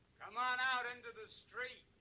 come ah and out into the street.